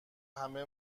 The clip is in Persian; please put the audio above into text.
همه